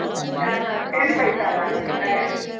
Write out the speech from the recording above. अच्छाके अच्छे ने पैसा लागै छै